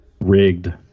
Rigged